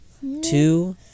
Two